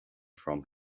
from